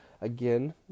again